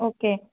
okay